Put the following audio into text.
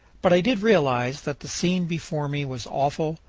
but i did realize that the scene before me was awful,